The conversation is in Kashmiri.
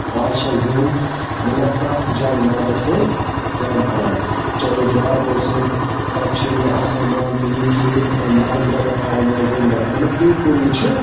آز چھِ زٔنۍ مطلب پرٛیٚتھ جایہِ مَردَس سۭتۍ کٲم کَران چاہے جوٛاب ٲسِن تَتہِ چھِنہٕ آسان مان ژٕ یہِ کِہیٖنۍ ٲں مَرد بھریٛا فارَم یا زٔنۍ بھریٛا مطلب اِکؤلی چھِ